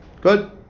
Good